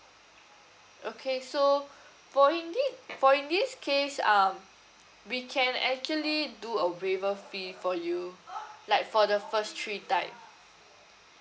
okay so for in thi~ for in this case um we can actually do a waiver fee for you like for the first three time